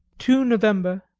two november,